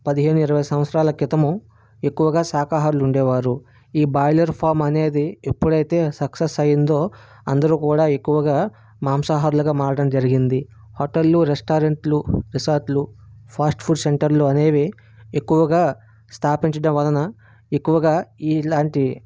పదిహేను ఇరవై సంవత్సరాల క్రితము ఎక్కువగా శాకాహారులు ఉండేవారు ఈ బాయిలర్ ఫామ్ అనేది ఎప్పుడయితే సక్సెస్ అయ్యిందో అందరూ కూడా ఎక్కువగా మాంసాహారులుగా మారడం జరిగింది హోటళ్ళు రెస్టారెంట్లు రిసార్టులు ఫాస్ట్ ఫుడ్ సెంటర్లు అనేవి ఎక్కువగా స్థాపించడం వలన ఎక్కువగా ఇలాంటివి